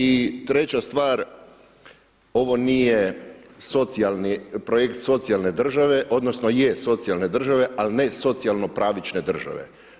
I treća stvar, ovo nije socijalni, projekt socijalne države odnosno je socijalne države ali ne socijalno pravične države.